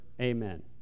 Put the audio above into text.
Amen